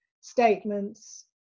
statements